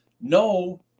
No